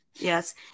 Yes